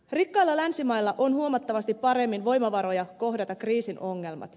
rikkailla länsimailla on huomattavasti paremmin voimavaroja kohdata kriisin ongelmat